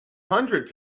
hundred